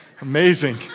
Amazing